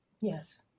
Yes